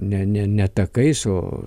ne ne ne takais o